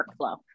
workflow